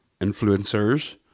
influencers